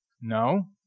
No